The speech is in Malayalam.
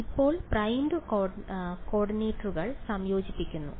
അതിനാൽ ഇപ്പോൾ പ്രൈംഡ് കോർഡിനേറ്റുകൾ സംയോജിപ്പിക്കുക